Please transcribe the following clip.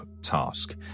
task